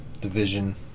division